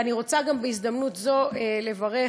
ואני רוצה בהזדמנות זו לברך,